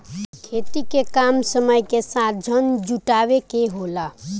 खेती के काम समय के साथ धन जुटावे के होला